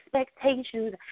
expectations